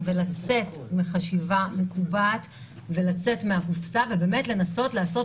ולצאת מהקופסה ומחשיבה מקובעת ובאמת לנסות לעשות